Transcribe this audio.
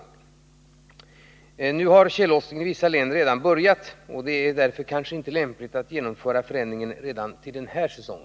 Med hänsyn till att tjällossningen i vissa län redan har börjat är det inte lämpligt att genomföra förändringen redan till denna säsong.